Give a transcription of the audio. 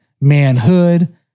manhood